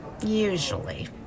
Usually